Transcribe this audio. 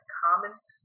comments